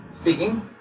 Speaking